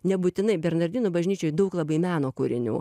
nebūtinai bernardinų bažnyčioj daug labai meno kūrinių